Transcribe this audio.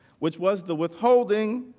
which was the withholding